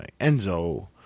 Enzo